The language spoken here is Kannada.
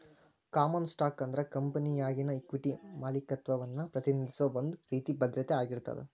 ಕಾಮನ್ ಸ್ಟಾಕ್ ಅಂದ್ರ ಕಂಪೆನಿಯಾಗಿನ ಇಕ್ವಿಟಿ ಮಾಲೇಕತ್ವವನ್ನ ಪ್ರತಿನಿಧಿಸೋ ಒಂದ್ ರೇತಿ ಭದ್ರತೆ ಆಗಿರ್ತದ